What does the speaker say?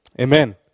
Amen